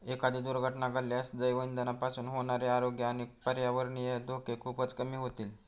एखादी दुर्घटना घडल्यास जैवइंधनापासून होणारे आरोग्य आणि पर्यावरणीय धोके खूपच कमी होतील